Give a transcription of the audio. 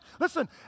Listen